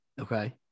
Okay